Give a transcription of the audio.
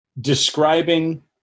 describing